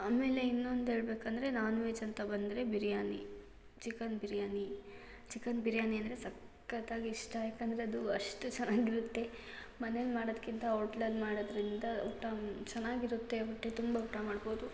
ಆಮೇಲೆ ಇನ್ನೊಂದು ಹೇಳಬೇಕಂದ್ರೆ ನಾನ್ ವೆಜ್ ಅಂತ ಬಂದರೆ ಬಿರ್ಯಾನಿ ಚಿಕನ್ ಬಿರ್ಯಾನಿ ಚಿಕನ್ ಬಿರ್ಯಾನಿ ಅಂದರೆ ಸಖತ್ತಾಗಿ ಇಷ್ಟ ಯಾಕಂದರೆ ಅದು ಅಷ್ಟು ಚೆನ್ನಾಗಿರುತ್ತೆ ಮನೇಲಿ ಮಾಡೋದಕ್ಕಿಂತ ಓಟ್ಲಲ್ಲಿ ಮಾಡೋದರಿಂದ ಊಟ ಚೆನ್ನಾಗಿರುತ್ತೆ ಹೊಟ್ಟೆ ತುಂಬ ಊಟ ಮಾಡ್ಬೋದು